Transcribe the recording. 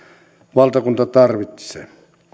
valtakunta tarvitsee